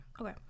Okay